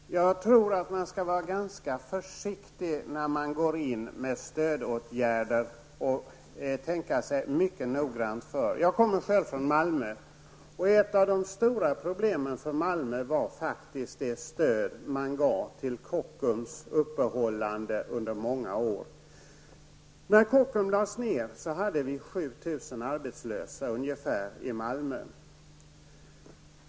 Herr talman! Jag tror att man skall vara ganska försiktig och tänka sig mycket nogrannt för när man går in med stödåtgärder. Jag kommer själv från Malmö, och ett av de största problemen för Malmö var faktiskt det stöd som under många år gavs till Kockums uppehållande. När Kockum lades ned hade vi ungefär 7 000 arbetslösa i Malmö.